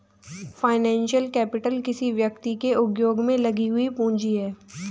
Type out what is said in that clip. financial capital किसी व्यक्ति के उद्योग में लगी हुई पूंजी है